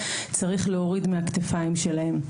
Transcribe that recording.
צריך להוריד מהכתפיים שלהן.